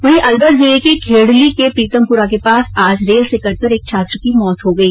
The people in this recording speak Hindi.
वहीं अलवर जिले के खेडली के प्रीतमपुरा के पास आज रेल से कटकर एक छात्र की मौत हो गई